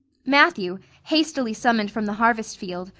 matthew, hastily summoned from the harvest field,